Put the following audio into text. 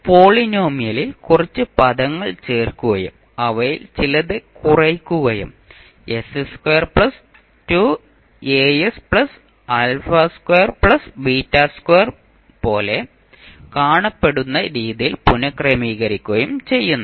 അതിനാൽ പോളിനോമിയലിൽ കുറച്ച് പദങ്ങൾ ചേർക്കുകയും അവയിൽ ചിലത് കുറയ്ക്കുകയും പോലെ കാണപ്പെടുന്ന രീതിയിൽ പുനക്രമീകരിക്കുകയും ചെയ്യുന്നു